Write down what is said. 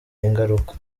ingaruka